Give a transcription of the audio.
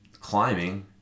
climbing